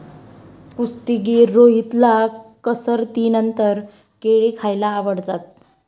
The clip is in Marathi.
कुस्तीगीर रोहितला कसरतीनंतर केळी खायला आवडतात